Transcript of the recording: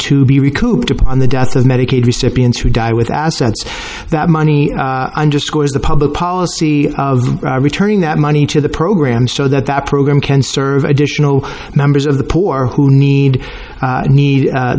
to be recouped upon the death of medicaid recipients who died with assets that money underscores the public policy of returning that money to the program so that the program can serve additional members of the poor who need need